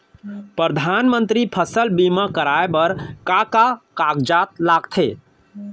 परधानमंतरी फसल बीमा कराये बर का का कागजात लगथे?